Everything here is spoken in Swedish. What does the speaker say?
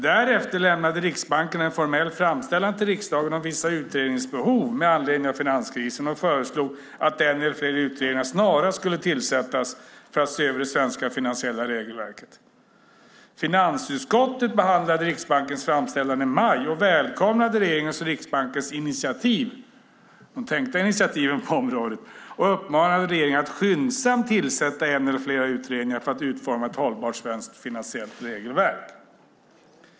Därefter lämnade Riksbanken en formell framställan till riksdagen om vissa utredningsbehov med anledning av finanskrisen och föreslog att en eller fler utredningar snarast skulle tillsättas för att se över det svenska finansiella regelverket. Finansutskottet behandlade Riksbankens framställan i maj och välkomnade regeringens och Riksbankens initiativ - det tänkta initiativen - på området och uppmanade regeringen att skyndsamt tillsätta en eller flera utredningar för att utforma ett hållbart svenskt finansiellt regelverk.